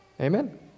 Amen